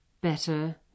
better